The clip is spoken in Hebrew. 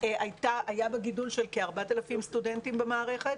היה בה גידול של כ-4,000 סטודנטים במערכת,